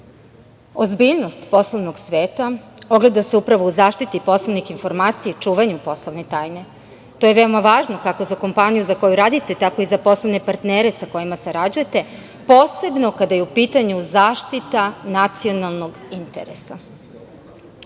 Ozbiljnost poslovnog sveta ogleda se upravo u zaštiti poslovnih informacija i čuvanja poslovne tajne. To je veoma važno, kako za kompaniju koju radite, tako i za poslovne partnere sa kojima sarađujete, posebno kada je u pitanju zaštita nacionalnog interesa. Upravo